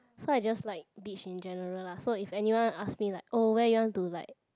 so I just like beach in general lah so if anyone ask me like oh where you want to like